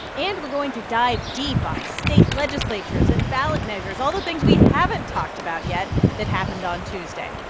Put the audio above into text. and we're going to dive deep on state legislatures and ballot measures, all the things we haven't talked about yet that happened on tuesday.